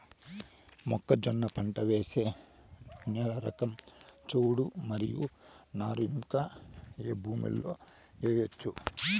మొక్కజొన్న పంట వేసే నేల రకం చౌడు మరియు నారు ఇంకా ఏ భూముల్లో చేయొచ్చు?